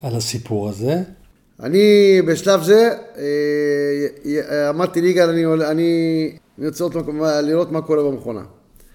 על הסיפור הזה? אני, בשלב זה, עמדתי ליגה, אני עולה, אני, אני רוצה לראות מה קורה במכונה.